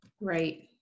right